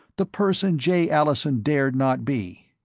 the person jay allison dared not be?